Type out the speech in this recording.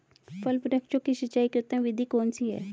फल वृक्षों की सिंचाई की उत्तम विधि कौन सी है?